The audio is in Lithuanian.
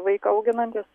vaiką auginantis